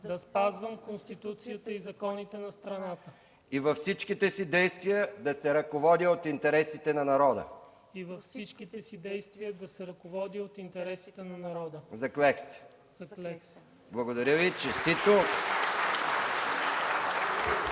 да спазвам Конституцията и законите на страната и във всичките си действия да се ръководя от интересите на народа. Заклех се!” (Ръкопляскания.)